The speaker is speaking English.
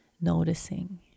noticing